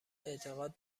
اعتقاد